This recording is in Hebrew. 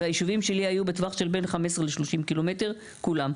והישובים שלי היו בטווח שבין 15 ל-30 ק"מ כולם.